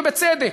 ובצדק.